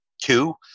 two